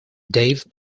dave